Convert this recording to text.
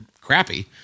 crappy